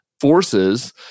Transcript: Forces